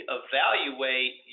evaluate